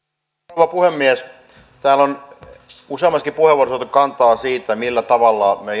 rouva puhemies täällä on useammassakin puheenvuorossa otettu kantaa siihen millä tavalla me